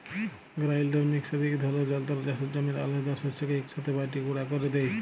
grinder mixer ইক ধরলের যল্তর চাষের জমির আলহেদা শস্যকে ইকসাথে বাঁটে গুঁড়া ক্যরে দেই